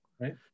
Right